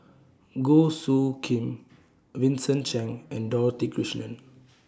Goh Soo Khim Vincent Cheng and Dorothy Krishnan